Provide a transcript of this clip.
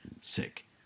sick